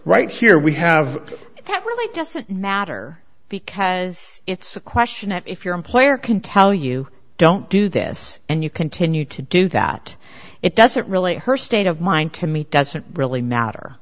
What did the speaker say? right here we have that really doesn't matter because it's a question that if your employer can tell you don't do this and you continue to do that it doesn't really her state of mind to me doesn't really matter